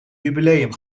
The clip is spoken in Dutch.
jubileum